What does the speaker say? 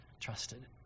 trusted